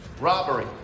robbery